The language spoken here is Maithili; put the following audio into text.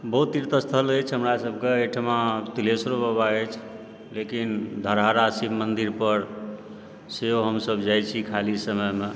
बहुत तीर्थस्थल अछि हमरा सबके एहिठाम तिलेश्वर बाबा अछि लेकिन धरहरा शिव मन्दिरपर सेहो हमसब जाइत छी खाली समयमे